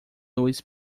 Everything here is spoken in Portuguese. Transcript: luz